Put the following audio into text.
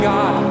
God